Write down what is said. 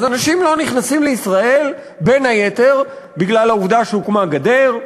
אז אנשים לא נכנסים לישראל בין היתר בגלל העובדה שהוקמה גדר,